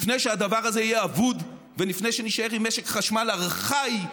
לפני שהדבר הזה יהיה אבוד ולפני שנישאר עם משק חשמל ארכאי,